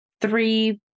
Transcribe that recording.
three